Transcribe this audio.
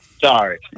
sorry